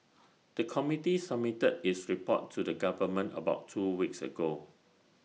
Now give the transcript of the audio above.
the committee submitted its report to the government about two weeks ago